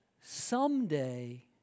someday